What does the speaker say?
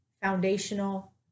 foundational